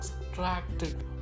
extracted